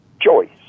choice